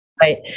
right